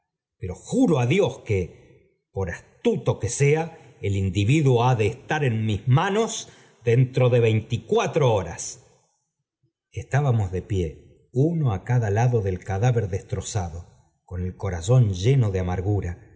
pero juro á dios que por astuto que sea el individuo ha de estar en mis mano dentro de veinticuatro horas estábamos de pie uno á cada lado del cadáver destrozado con el corazón lleno de amargura